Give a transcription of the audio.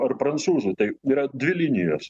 ar prancūzų tai yra dvi linijos